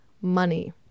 money